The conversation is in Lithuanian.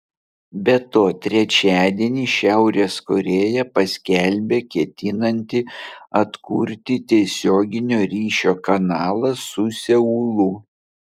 be to trečiadienį šiaurės korėja paskelbė ketinanti atkurti tiesioginio ryšio kanalą su seulu